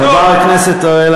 חבר הכנסת אראל,